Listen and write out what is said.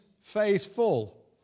faithful